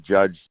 judge